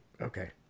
Okay